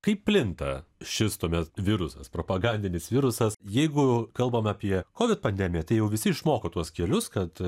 kaip plinta šis tuomet virusas propagandinis virusas jeigu kalbam apie kovid pandemiją tai jau visi išmoko tuos kelius kad